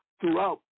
throughout